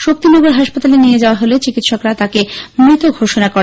শক্তিনগর হাসপাতালে নিয়ে যাওয়া হলে চিকিৎসকরা তাকে মৃত বলে ঘোষনা করেন